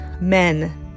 men